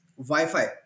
Wi-Fi